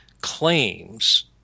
claims